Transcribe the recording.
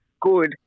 good